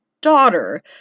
daughter